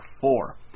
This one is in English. four